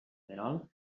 perol